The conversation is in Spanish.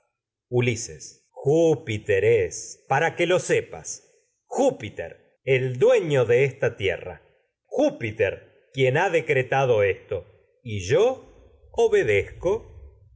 ulises júpiter es para que lo sepas júpiter el filoctetes dueño de esta tierra júpiter quien ha decretado esto y yo obedezco